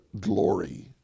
glory